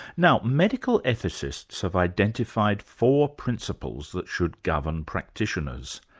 now medical ethicists have identified four principles that should govern practitioners.